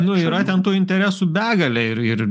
nu yra ten tų interesų begalė ir ir